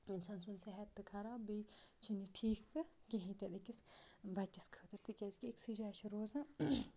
اِنسان سُنٛد صحت تہٕ خراب بیٚیہِ چھِنہٕ یہِ ٹھیٖک تہٕ کِہیٖنۍ تہِ نہٕ أکِس بَچَس خٲطرٕ تِکیٛازِکہِ أکۍسٕے جایہِ چھِ روزان